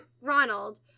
Ronald